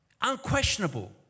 Unquestionable